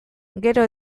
gero